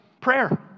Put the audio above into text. prayer